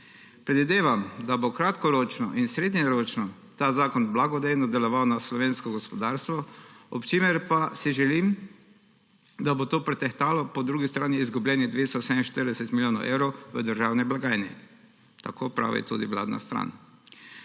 Predvidevam, da bo kratkoročno in srednjeročno ta zakon blagodejno deloval na slovensko gospodarstvo, ob čemer pa si želim, da bo to pretehtalo po drugi strani izgubljenih 247 milijonov evrov v državni blagajni. Tako pravi tudi vladna stran.